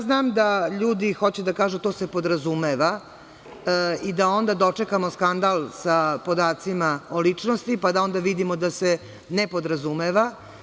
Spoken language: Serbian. Znam da ljudi hoće da kažu to se podrazumeva i da onda dočekamo skandal sa podacima o ličnosti, pa da onda vidimo da se ne podrazumeva.